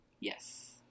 Yes